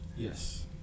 Yes